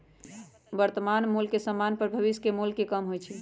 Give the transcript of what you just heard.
वर्तमान मोल समान्य पर भविष्य के मोल से कम होइ छइ